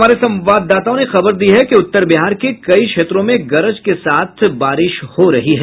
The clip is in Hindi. हमारे संवाददाताओं ने खबर दी है उत्तर बिहार के कई क्षेत्रों में गरज के साथ बारिश हो रही है